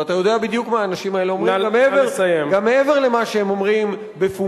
ואתה יודע בדיוק מה האנשים האלה אומרים גם מעבר למה שהם אומרים בפומבי,